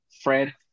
Fred